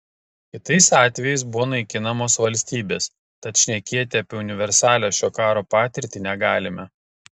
kitais atvejais buvo naikinamos valstybės tad šnekėti apie universalią šio karo patirtį negalime